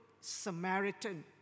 Samaritan